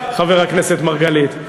חבר הכנסת מרגלית,